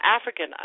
African